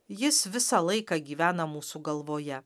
jis visą laiką gyvena mūsų galvoje